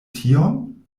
tion